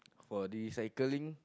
for recycling